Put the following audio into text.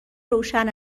روشن